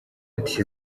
ati